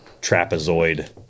trapezoid